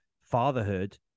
fatherhood